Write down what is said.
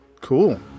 Cool